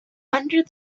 under